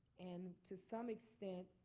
and to some extent,